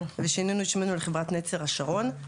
אז שינינו את שמנו לחברת נצר השרון,